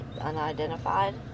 unidentified